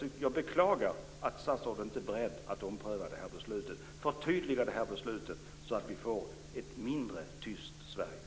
Jag beklagar att statsrådet inte är beredd att ompröva och förtydliga det här beslutet, så att vi får ett mindre tyst Sverige.